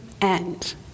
end